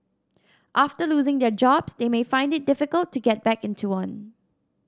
after losing their jobs they may find it difficult to get back into one